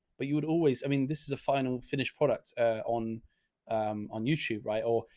but you would always, i mean, this is a final finished product on. i'm on youtube, right. or,